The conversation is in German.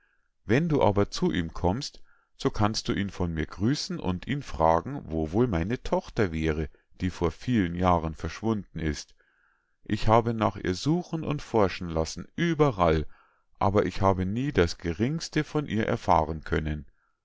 wenn du aber zu ihm kommst so kannst du ihn von mir grüßen und ihn fragen wo wohl meine tochter wäre die vor vielen jahren verschwunden ist ich habe nach ihr suchen und forschen lassen überall aber ich habe nie das geringste von ihr erfahren können